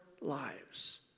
lives